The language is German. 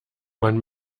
man